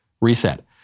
reset